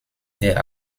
der